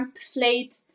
slate